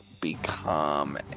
become